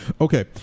okay